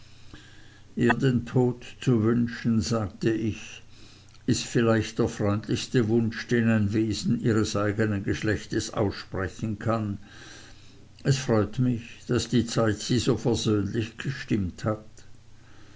ihr den tod zu wünschen sagte ich ist vielleicht der freundlichste wunsch den ein wesen ihres eignen geschlechts aussprechen kann es freut mich daß die zeit sie so versöhnlich gestimmt hat